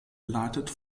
geleitet